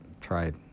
tried